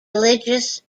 religious